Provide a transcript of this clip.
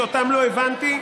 שאותן לא הבנתי,